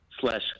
slash